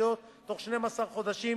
התקופתיות בתוך 12 חודשים